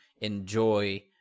enjoy